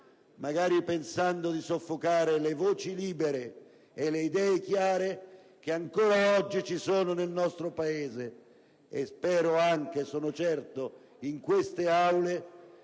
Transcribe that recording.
magari pensando di soffocare le voci libere e le idee chiare che ancora oggi ci sono nel nostro Paese. Spero, inoltre (ma ne sono certo), che in queste Aule